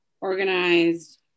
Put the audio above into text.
organized